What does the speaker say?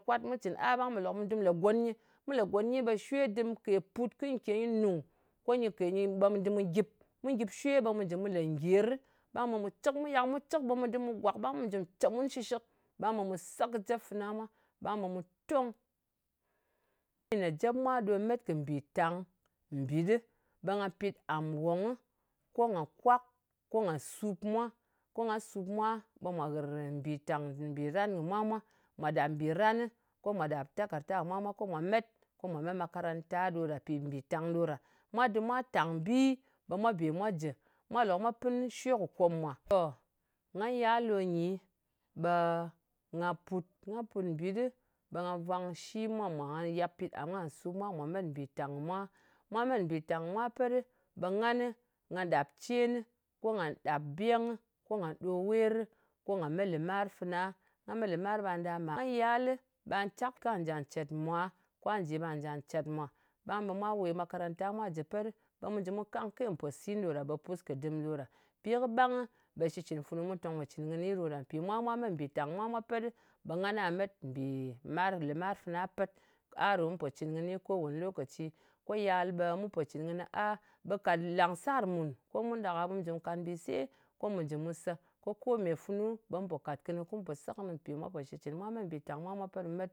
Kwat. Mu cɨn a ɓang ɓe mu dɨm mu lē gon nyɨ. Mu lē gon nyi ɓe shwe dɨm ke put, kɨy ke nyɨ nung. Ko nyɨ, ɓe mu dɨm mu gyip. Mu gyip shwe ɓe mu dɨm mu lē ngyerɨ. Ɓang ɓe mu cɨk. Mu yak mu cɨk, ɓe mi dɨm mwa gwàk, ɓang ɓe mu jɨ mu ce mun shɨshɨk. Ɓang ɓe mu se kɨ jep fɨna mwa. Ɓang ɓe mu tong. Lokaci ne jep mwa ɗom met kɨ mbìtang mbit ɗɨ, ɓe nga pit am wong, ko nga kwak, ko nga sup mwa. Ko nga sup mwa, ɓe mwà ghɨr mbìtang mbìran kɨ mwa mwa. Mwa ɗap mbìranɨ, ko mwà ɗap takarda kɨ mwa mwa, ko mwa met makaranta ɗo ɗa mpì mbìtang ɗo ɗa. Mwa dɨm mwa tang bi ɓe mwa bè mwa jɨ. Mwa lok, mwa pin shwe kɨ kom mwa. Nga yal ɗo nyi, ɓe ngà put. Nga put ɗo nyi, bit dɨ, ɓe nga vwang shi mwa mwā. Nga ya pit am kwà sup mwa, ko mwà met mbìtàng kɨ mwa. Mwa met mbìtàng kí mwa pet ɗɨ, ɓe ngani, nga ɗap cenɨ, ko ngà ɗap bengɨ, ko nga ɗo werɨ, ko nga me lɨmar fɨna. Nga me lɨmar ɓa ndà mar. Nga yalɨ, ɓe nga cak kà njà cet mwa. Ka nji ɓà jà cèt mwà. Ɓang ɓe mwa we makaranta mwa jɨ pet ɗi ɓe mu jɨ mu kangke mpòsin ɗo ɗa. Ɓe pus kɨ dɨm ɗo ɗa. Mpi kɨ ɓangɨ, ɓe dshitcɨn funu mu tong po cɨn kɨni ɗo ɗa. Mpì mwa mwā met mbìtàng kɨ mwa mwā pet ɗɨ, ɓe ngana met bì mani lɨmar fana pet. A ɗo mu pò cɨn kɨni ko wane lokaci. Ko yal ɓe mu pò cɨn kɨnɨ a ɓe kàt làngsar mùn, ko mun ɗak-a ɓe mu njù kat mbìse, ko mu jɨ mu sè. Ko kome funu, ɓe mu pò kàt kɨnɨ ko mu se kɨnɨ, mpì mwa po shitcɨn. Mwa met mbìtang kɨ mwa mwa ɓe mu met.